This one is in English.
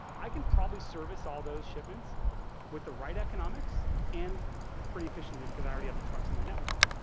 i can probably service all those shipments with the right economics and pretty efficiently because i already have the trucks in my network.